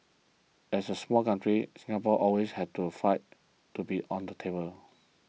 as a small country Singapore always has to fight to be on the table